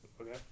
Okay